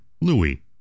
Louis